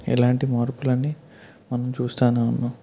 ఇలాంటి మార్పులనీ మనం చూస్తానే ఉన్నాం